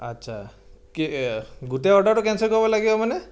আচ্ছা গোটেই অৰ্ডাৰটো কেনচেল কৰিব লাগিব মানে